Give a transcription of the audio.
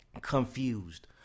confused